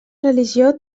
religió